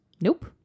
Nope